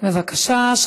בוקר: